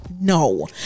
no